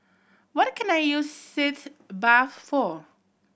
what can I use Sitz Bath for